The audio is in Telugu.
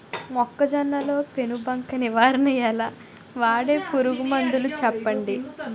మొక్కజొన్న లో పెను బంక నివారణ ఎలా? వాడే పురుగు మందులు చెప్పండి?